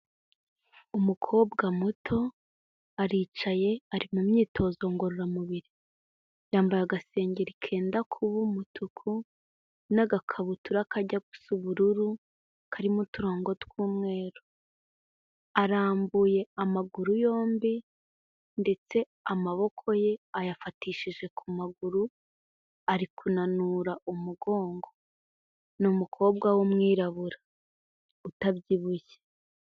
Umukobwa muto aricaye ari mu myitozo ngororamubiri. Yambaye agasenge kenda kuba umutuku n'agakabutura kajya gusa ubururu, karimo uturongogo tw'umweru. Arambuye amaguru yombi, ndetse amaboko ye ayafatishije ku maguru, ari kunanura umugongo. Ni umukobwa w'umwirabura, utabyibushye.